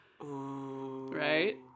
Right